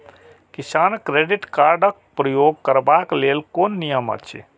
किसान credit card क प्रयोग करबाक लेल कोन नियम अछि?